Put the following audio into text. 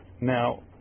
Now